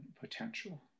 potential